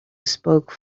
spoke